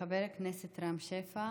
חבר הכנסת רם שפע,